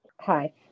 Hi